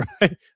right